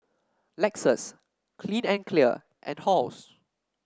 Lexus Clean and Clear and Halls